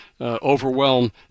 overwhelm